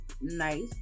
nice